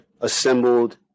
assembled